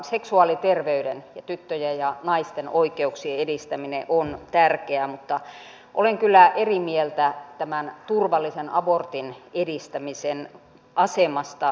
seksuaaliterveyden ja tyttöjen ja naisten oikeuksien edistäminen on tärkeää mutta olen kyllä eri mieltä tämän turvallisen abortin edistämisen asemasta kehitysyhteistyössä